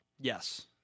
Yes